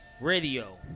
radio